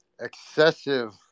excessive